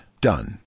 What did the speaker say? Done